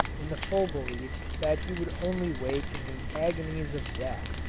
in the full belief that he would only wake in the agonies of death.